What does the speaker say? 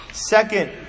Second